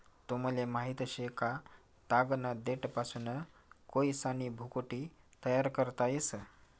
तुमले माहित शे का, तागना देठपासून कोयसानी भुकटी तयार करता येस